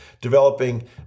developing